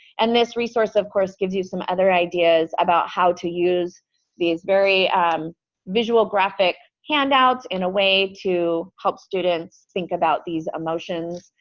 and this resource of course gives you some other ideas about how to use these very um visual graphic handouts in a way to help students think about these emotions.